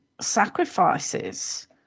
sacrifices